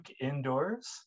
indoors